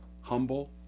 humble